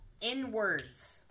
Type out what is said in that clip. inwards